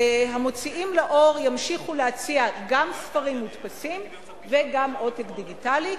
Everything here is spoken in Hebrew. המוציאים לאור ימשיכו להציע גם ספרים מודפסים וגם עותק דיגיטלי,